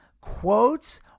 quotes